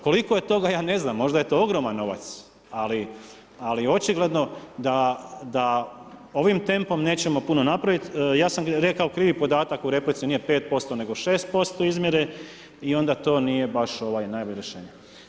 Koliko je toga, ja ne znam, možda je to ogroman novac, ali očigledno, da ovim tempom nećemo puno napraviti, ja sam rekao, krivi podatak u replici, nije 5% nego 6% izmjere i onda to nije baš najbolje rješenje.